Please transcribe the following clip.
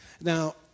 Now